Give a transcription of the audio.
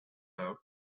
out